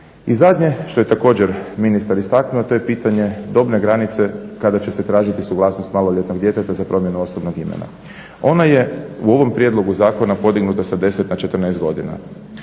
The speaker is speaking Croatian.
I zadnje što je također ministar istaknuo to je pitanje dobne granice kada će se tražiti suglasnost maloljetnog djeteta za promjenu osobnog imena. Ona je u ovom prijedlogu zakona podignuta s 10 na 14 godina.